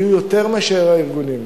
יהיו יותר מאשר הארגונים.